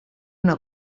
una